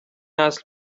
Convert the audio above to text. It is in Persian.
نسل